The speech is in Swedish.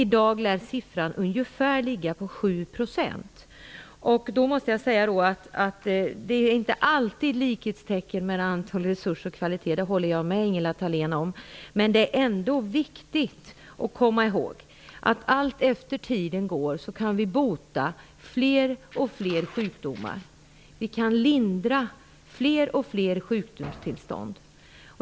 I dag lär siffran ligga på ungefär Jag måste säga att man inte alltid kan sätta likhetstecken mellan resurser och kvalitet, det håller jag med Ingela Thalén om, men det är ändå viktigt att komma ihåg att allteftersom tiden går kan vi bota fler och fler sjukdomar. Vi kan lindra fler och fler sjukdomstillstånd.